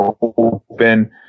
open